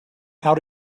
how